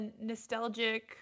nostalgic